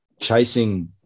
chasing